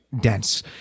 dense